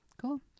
Cool